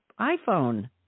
iPhone